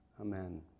Amen